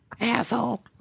Asshole